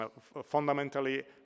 fundamentally